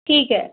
ਠੀਕ ਹੈ